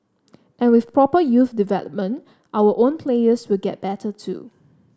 and with proper youth development our own players will get better too